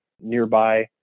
nearby